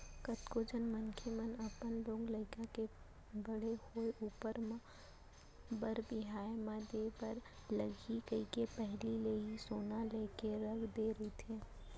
कतको झन मनसे मन अपन लोग लइका के बड़े होय ऊपर म बर बिहाव म देय बर लगही कहिके पहिली ले ही सोना लेके रख दे रहिथे